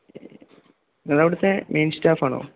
ഞങ്ങള അവിടത്തെ മെയിൻ സ്റ്റാഫാണോ